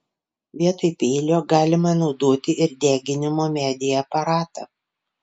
vietoj peilio galima naudoti ir deginimo medyje aparatą